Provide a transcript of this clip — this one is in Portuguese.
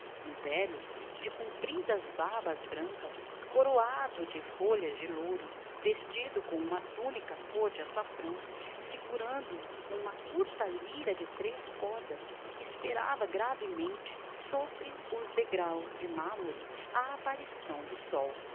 um velho de compridas barbas brancas coroado de folhas de louro vestido com uma túnica cor de açafrão segurando uma curta lira de três cordas esperava gravemente sobre os degraus de mármore a aparição do sol